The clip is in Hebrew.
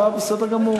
מה בסדר גמור?